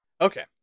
Okay